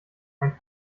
ein